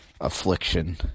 Affliction